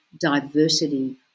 diversity